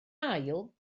ail